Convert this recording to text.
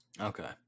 Okay